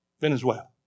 Venezuela